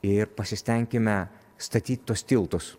ir pasistenkime statyt tuos tiltus